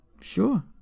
Sure